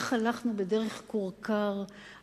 הלכנו בדרך כורכר,